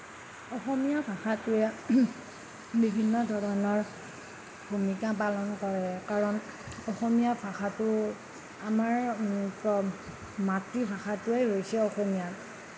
অসমীয়া ভাষাটোৱে বিভিন্ন ধৰণৰ ভূমিকা পালন কৰে কাৰণ অসমীয়া ভাষাটো আমাৰ মাতৃভাষাটোৱেই হৈছে অসমীয়া